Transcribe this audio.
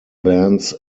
bands